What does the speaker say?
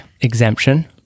exemption